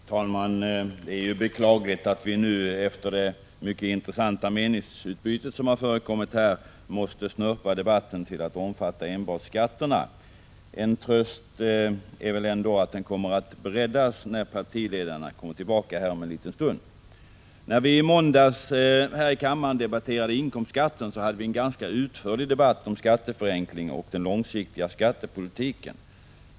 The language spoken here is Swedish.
Fru talman! Det är beklagligt att vi nu, efter det mycket intressanta — 5 juni 1986 meningsutbytet här i kammaren, måste snöpa debatten till att enbart omfatta skatterna. En tröst är ändå att debatten kommer att breddas när partiledarna kommer hit om en stund. När vi i måndags här i kammaren debatterade inkomstskatten hade vi en ganska utförlig debatt om skatteförenkling och den långsiktiga skattepolitiken.